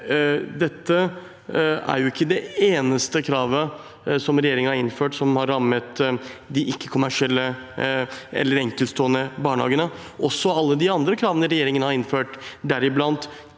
heller ikke det eneste kravet som regjeringen har innført som har rammet de ikke-kommersielle eller enkeltstående barnehagene. Også alle de andre kravene regjeringen har innført, deriblant